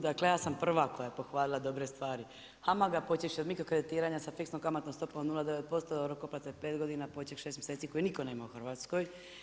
Dakle, ja sam prva koja je pohvalila dobre stvari HAMAG-a, počevši od mikrokreditiranja sa fiksnom kamatnom stopom od 0,9% rok otplate 5 godina poček 6 mjeseci koje nitko nema u Hrvatskoj.